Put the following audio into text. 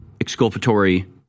exculpatory